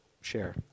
share